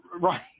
Right